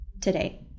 today